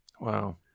Wow